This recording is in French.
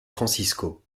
francisco